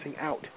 out